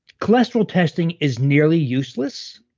cholesterol testing is nearly useless.